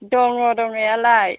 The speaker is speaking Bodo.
दङ दंनायालाय